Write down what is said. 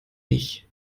nicht